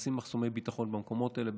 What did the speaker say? ונעשים מחסומי ביטחון במקומות האלה,